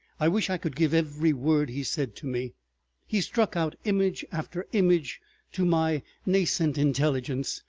i wish i could give every word he said to me he struck out image after image to my nascent intelligence,